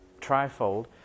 trifold